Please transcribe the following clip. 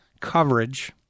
coverage